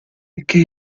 che